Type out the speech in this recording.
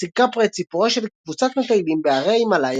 הציג קפרה את סיפורה של קבוצת מטיילים בהרי ההימלאיה,